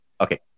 Okay